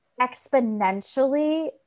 exponentially